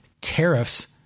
tariffs